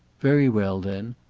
very well then.